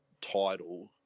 title